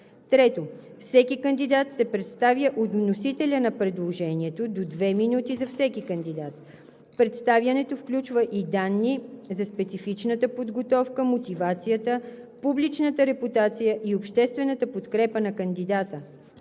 3. Всеки кандидат се представя от вносителя на предложението – до две минути за всеки кандидат. Представянето включва и данни за специфичната подготовка, мотивацията, публичната репутация и обществената подкрепа на кандидата.